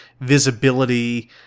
visibility